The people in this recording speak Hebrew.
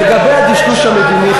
לגבי הדשדוש המדיני,